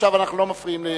עכשיו אנחנו לא מפריעים.